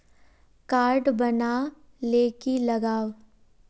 Card बना ले की लगाव?